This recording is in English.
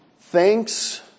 thanks